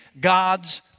God's